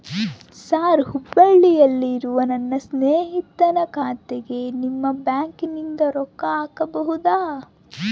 Sir ಹುಬ್ಬಳ್ಳಿಯಲ್ಲಿ ಇರುವ ನನ್ನ ಸ್ನೇಹಿತನ ಖಾತೆಗೆ ನಿಮ್ಮ ಬ್ಯಾಂಕಿನಿಂದ ರೊಕ್ಕ ಹಾಕಬಹುದಾ?